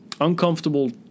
uncomfortable